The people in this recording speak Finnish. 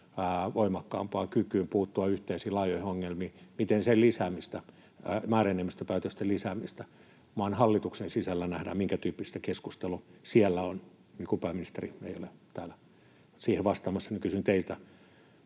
voimakkaammasta kyvystä puuttua yhteisiin laajoihin ongelmiin. Miten määräenemmistöpäätösten lisääminen maan hallituksen sisällä nähdään, minkä tyyppistä keskustelu siellä on? Kun pääministeri ei ole täällä siihen vastaamassa, niin kysyn teiltä.